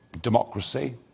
democracy